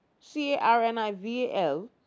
C-A-R-N-I-V-A-L